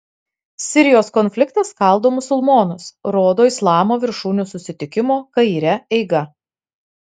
sirijos konfliktas skaldo musulmonus rodo islamo viršūnių susitikimo kaire eiga